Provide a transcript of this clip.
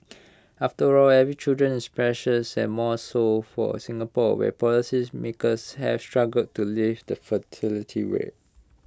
after all every children is precious and more so for Singapore where policymakers have struggled to lift the fertility rate